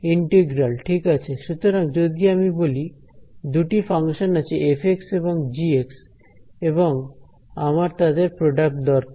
integral ঠিক আছে সুতরাং যদি আমি বলি দুটি ফাংশন আছে f এবং g এবং আমার তাদের প্রডাক্ট দরকার